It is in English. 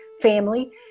family